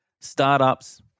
startups